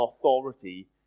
authority